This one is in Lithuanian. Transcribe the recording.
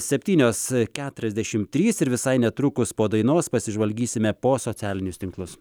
septynios keturiasdešimt trys ir visai netrukus po dainos pasižvalgysime po socialinius tinklus